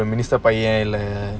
minister பையன்இல்ல:paiyan illa